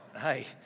hey